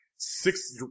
Six